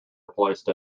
replaced